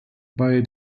bei